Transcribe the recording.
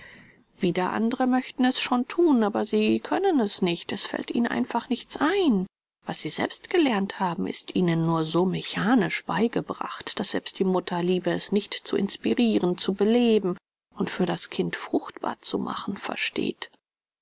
wieder andere möchten es schon thun aber sie können es nicht es fällt ihnen einfach nichts ein was sie selbst gelernt haben ist ihnen nur so mechanisch beigebracht daß selbst die mutterliebe es nicht zu inspiriren zu beleben und für das kind fruchtbar zu machen versteht